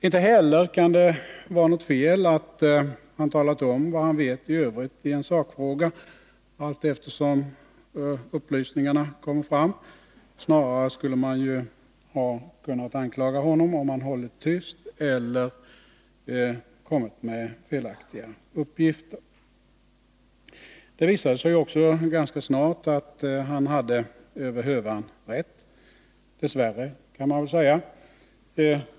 Inte heller kan det vara något fel att han omtalat vad han i övrigt vet i en sakfråga, allteftersom upplysningarna kommer. Snarare skulle man väl ha kunnat anklaga honom, om han hade hållit tyst eller kommit med felaktiga uppgifter. Det visade sig också ganska snart att han hade över hövan rätt, dess värre kan man väl säga.